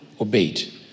obeyed